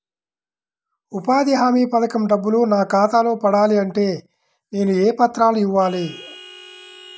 ఉపాధి హామీ పథకం డబ్బులు నా ఖాతాలో పడాలి అంటే నేను ఏ పత్రాలు ఇవ్వాలి?